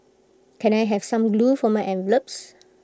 can I have some glue for my envelopes